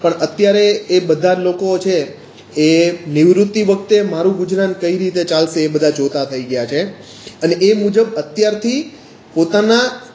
પણ અત્યારે એ બધા જ લોકો છે એ નિવૃત્તિ વખતે મારું ગુજરાન કઈ રીતે ચાલશે એ બધા જોતા થઈ ગયા છે અને એ મુજબ અત્યારથી પોતાનાં